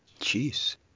Jeez